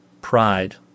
Pride